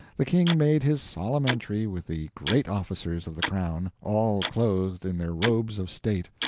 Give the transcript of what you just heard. the king made his solemn entry with the great officers of the crown, all clothed in their robes of state.